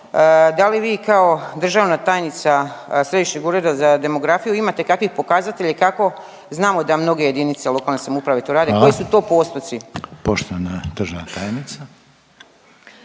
da li vi kao državna tajnica Središnjeg ureda za demografiju imate kakvih pokazatelja i kako znamo da mnoge jedinice lokalne samouprave to rade? …/Upadica